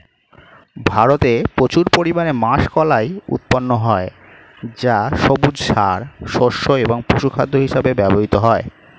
ভারতে প্রচুর পরিমাণে মাষকলাই উৎপন্ন হয় যা সবুজ সার, শস্য এবং পশুখাদ্য হিসেবে ব্যবহৃত হয়